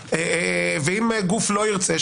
ואם גוף לא ירצה,